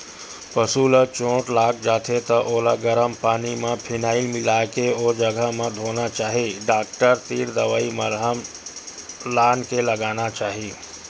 पसु ल चोट लाग जाथे त ओला गरम पानी म फिनाईल मिलाके ओ जघा ल धोना चाही डॉक्टर तीर दवई मलहम लानके लगाना चाही